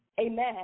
amen